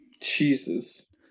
Jesus